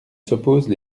s’opposent